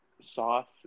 sauce